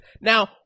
Now